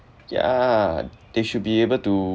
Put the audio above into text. ya they should be able to